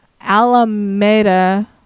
Alameda